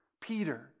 Peter